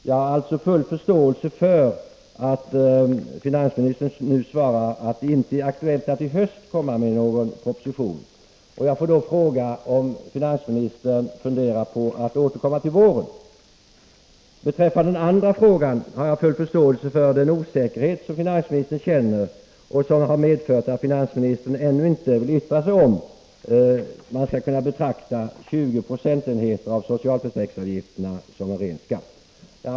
Jag har full förståelse för att finansministern nu svarar att det inte är aktuellt att i höst lägga fram någon proposition i ärendet. Jag får då fråga om finansministern funderar på att återkomma till våren. Beträffande den andra frågan har jag full förståelse för den osäkerhet som finansministern känner och som har medfört att finansministern ännu inte vill yttra sig om huruvida man skall betrakta 20 procentenheter av socialförsäkringsavgifterna som en ren skatt.